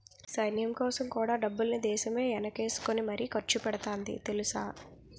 సైన్యంకోసం కూడా డబ్బుల్ని దేశమే ఎనకేసుకుని మరీ ఖర్చుపెడతాంది తెలుసా?